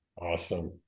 Awesome